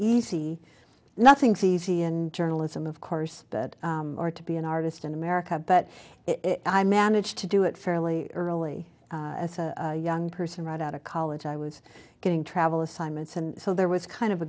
easy nothing's easy in journalism of course or to be an artist in america but it i managed to do it fairly early as a young person right out of college i was getting travel assignments and so there was kind of a